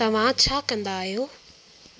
तव्हां छा कंदा आहियो